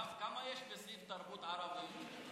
כמה יש בסעיף תרבות ערבית?